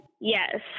Yes